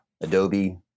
Adobe